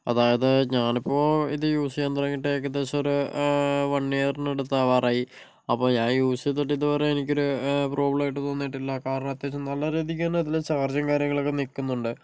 അതായത് ഞാനിപ്പോൾ ഇത് യൂസ് ചെയ്യാൻ തുടങ്ങിയിട്ട് ഏകദേശം ഒരു വൺ ഇയറിനടുത്താവാറായി അപ്പോൾ ഞാൻ യൂസ് ചെയ്തിട്ട് ഇതുവരെ എനിക്ക് ഒരു പ്രോബ്ലമായിട്ട് തോന്നിയിട്ടില്ല കാരണം അത്യാവശ്യം നല്ല രീതിക്ക് തന്നെ ഇതിൽ ചാർജും കാര്യങ്ങളൊക്കെ നിൽക്കുന്നുണ്ട്